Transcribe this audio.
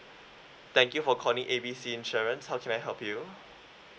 thank you for calling A B C insurance how can I help you